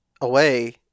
away